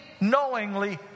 knowingly